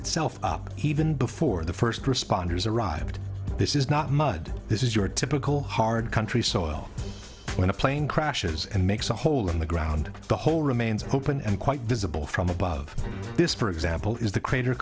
itself up even before the first responders arrived this is not mud this is your typical hard country soil when a plane crashes and makes a hole in the ground the hole remains open and quite visible from above this for example is the crat